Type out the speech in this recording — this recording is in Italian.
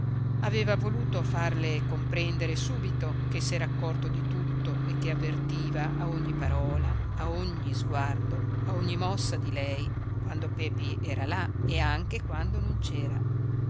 aveva voluto farle comprendere subito che s'era accorto di tutto e che avvertiva a ogni parola a ogni sguardo a ogni mossa di lei quando pepi era là e anche quando non